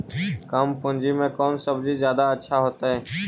कम पूंजी में कौन सब्ज़ी जादा अच्छा होतई?